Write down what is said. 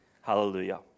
Hallelujah